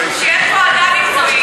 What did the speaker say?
יש פה אדם מקצועי.